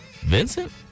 Vincent